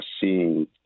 seeing